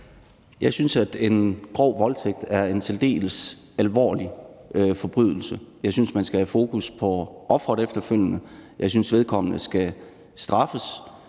Jeg synes, at en grov voldtægt er en særdeles alvorlig forbrydelse. Jeg synes, man skal have fokus på offeret efterfølgende, og jeg synes, at gerningsmanden skal straffes